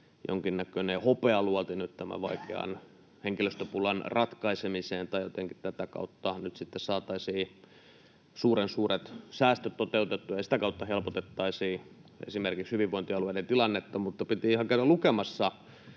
jonkinnäköinen hopealuoti nyt tämän vaikean henkilöstöpulan ratkaisemiseen tai että jotenkin tätä kautta nyt sitten saataisiin suuren suuret säästöt toteutettua ja sitä kautta helpotettaisiin esimerkiksi hyvinvointialueiden tilannetta. Mutta piti ihan käydä lukemassa